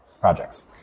projects